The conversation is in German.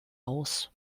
aus